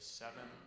seven